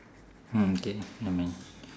mm K never mind